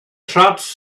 shots